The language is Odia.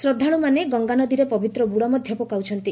ଶ୍ରଦ୍ଧାଳୁମାନେ ଗଙ୍ଗାନଦୀରେ ପବିତ୍ର ବୁଡ଼ ମଧ୍ୟ ପକାଉଛନ୍ତି